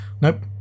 Nope